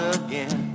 again